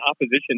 opposition